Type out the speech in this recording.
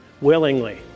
willingly